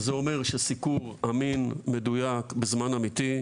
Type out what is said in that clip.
וזה אומר שסיקור אמין, מדויק, בזמן אמיתי,